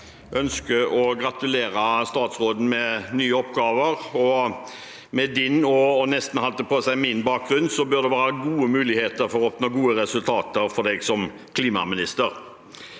Jeg ønsker å gratulere statsråden med nye oppgaver, og med hans – og nesten min – bakgrunn bør det være gode muligheter for å oppnå gode resultater for ham som klimaminister.